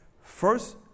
First